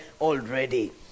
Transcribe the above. already